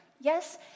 Yes